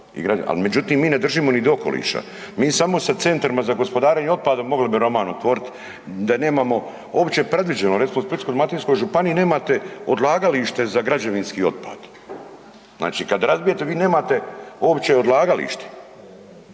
al međutim mi ne držimo ni do okoliša, mi samo sa centrima za gospodarenje otpadom mogli bi roman otvorit da nemamo uopće predviđeno. Recimo u Splitsko-dalmatinskoj županiji nemate odlagalište za građevinski otpad. Znači kad razbijete vi nemate uopće odlagalište.